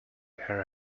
her